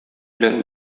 белән